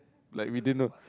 like we didn't